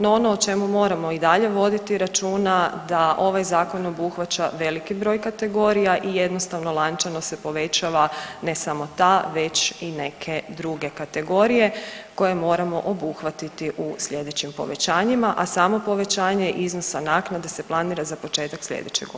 No ono o čemu moramo i dalje voditi računa da ovaj zakon obuhvaća veliki broj kategorija i jednostavno lančano se povećava ne samo ta već i neke druge kategorije koje moramo obuhvatiti u slijedećim povećanjima, a samo povećanje iznosa naknade se planira za početak slijedeće godine.